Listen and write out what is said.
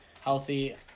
healthy